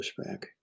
pushback